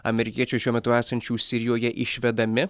amerikiečių šiuo metu esančių sirijoje išvedami